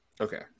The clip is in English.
Okay